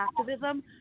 activism